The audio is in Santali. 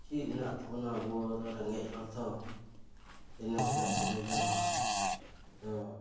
ᱪᱮᱫ ᱦᱮᱱᱟᱜ ᱛᱟᱵᱚᱱᱟ ᱟᱵᱚ ᱫᱚ ᱨᱮᱸᱜᱮᱡ ᱦᱚᱲ ᱛᱷᱚ ᱫᱤᱱᱟᱹᱢ ᱦᱤᱞᱳᱜ ᱠᱟᱹᱢᱤ ᱡᱚᱝ ᱦᱚᱲ ᱟᱫᱚ